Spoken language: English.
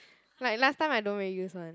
like last time I don't really use [one]